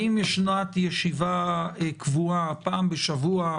האם ישנה ישיבה קבועה פעם בשבוע,